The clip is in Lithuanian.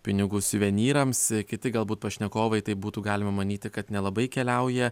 pinigų suvenyrams kiti galbūt pašnekovai taip būtų galima manyti kad nelabai keliauja